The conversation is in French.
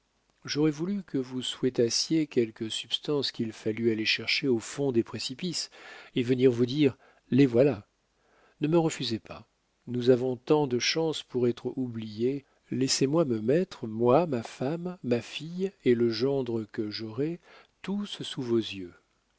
j'aurais voulu que vous souhaitassiez quelques substances qu'il fallût aller chercher au fond des précipices et venir vous dire les voilà ne me refusez pas nous avons tant de chances pour être oubliés laissez-moi me mettre moi ma femme ma fille et le gendre que j'aurai tous sous vos yeux